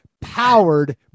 powered